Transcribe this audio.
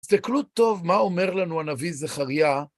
תסתכלו טוב מה אומר לנו הנביא זכריה